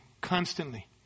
constantly